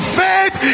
faith